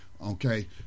Okay